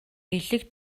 элэг